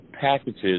packages